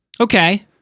Okay